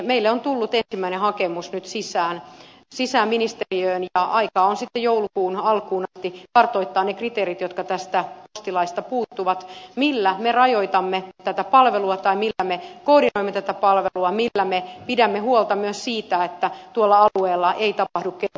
meille on tullut ensimmäinen hakemus nyt sisään ministeriöön ja aikaa on sitten joulukuun alkuun asti kartoittaa ne kriteerit jotka tästä postilaista puuttuvat millä me rajoitamme tätä palvelua tai millä me koordinoimme tätä palvelua millä me pidämme huolta myös siitä että tuolla alueella ei tapahdu kermankuorintaa